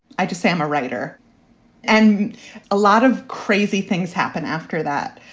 i just say i'm a writer and a lot of crazy things happen after that.